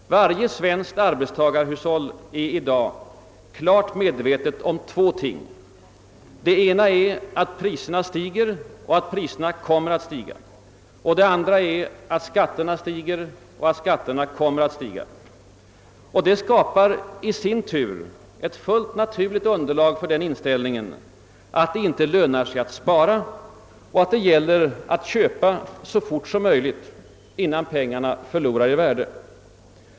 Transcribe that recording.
Varje svenskt arbetstagarhushåll är i dag klart medvetet om två ting: det ena är att priserna stiger och att priserna kommer att stiga, det andra är att skatterna stiger och att skatterna kommer att stiga. Det skapar i sin tur ett fullt naturligt underlag för inställningen, att det inte lönar sig att spara och att det gäller att köpa så fort som möjligt innan pengarna förlorar i värde.